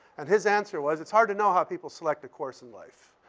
and his answer was, it's hard to know how people select a course in life.